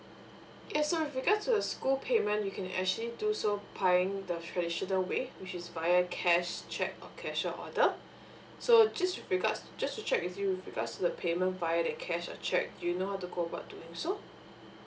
yes so with regards to the school payment you can actually do so the traditional way which is via cash cheque or cashier order so just with regards just to check with you with regards to the payment via the cash or cheque do you know how to go about doing so